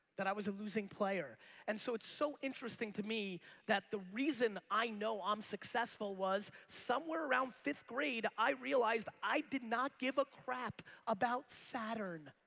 that i was a losing player and so it's so interesting to me that the reason i know i'm successful was somewhere around fifth grade i realized i did not give a crap about saturn.